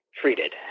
treated